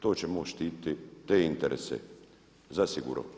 To će MOST štiti, te interese zasigurno.